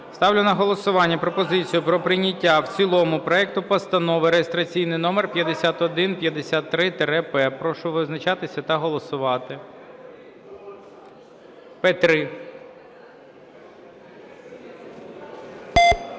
Ставлю на голосування пропозицію про прийняття в цілому проекту Постанови реєстраційний номер 5153-П4. Прошу визначатися та голосувати. 13:06:07